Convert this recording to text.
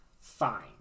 Fine